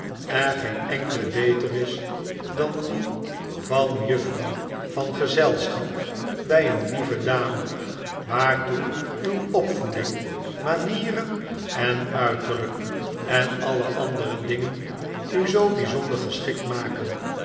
geen enkele beter is dan die van juffrouw van gezelschap bij een lieve dame waartoe uw opvoeding manieren en uiterlijk en alle andere dingen u zoo bijzonder geschikt maken